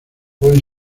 pueden